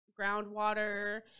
groundwater